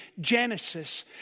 Genesis